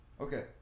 Okay